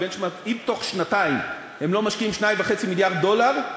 אם בתוך שנתיים הם לא משקיעים 2.5 מיליארד דולר,